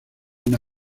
una